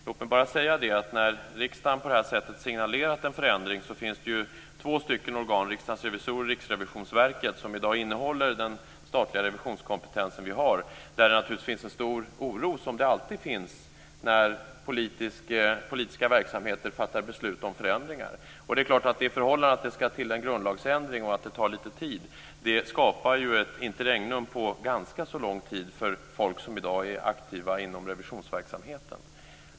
Låt mig bara säga att när riksdagen på det här sättet har signalerat en förändring finns det två organ, Riksdagens revisorer och Riksrevisionsverket, som innehåller den statliga revisionskompetens som vi har i dag. Där finns det naturligtvis en stor oro, som det alltid finns när politiska verksamheter fattar beslut om förändringar. Det är klart att det förhållandet att det ska till en grundlagsändring och att det tar lite tid skapar ju ett interregnum på ganska lång tid för folk som i dag är aktiva inom revisionsverksamheten.